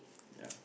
yeah